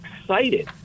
excited